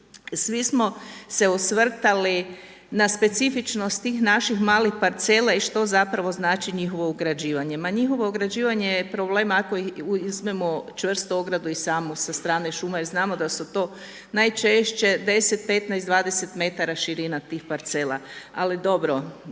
Svi smo se osvrtali na specifičnost tih naših malih parcela i što zapravo znači njihovo ugrađivanje. Ma njihovo ugrađivanje je problem ako uzmemo čvrstu ogradu i samu sa strane šuma jer znamo da su to najčešće 10, 15, 20 metara širina tih parcela ali dobro